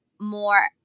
more